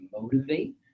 motivate